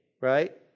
right